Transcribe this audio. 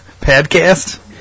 podcast